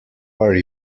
are